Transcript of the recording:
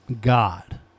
God